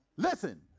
Listen